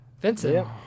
Vincent